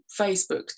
Facebook